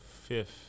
fifth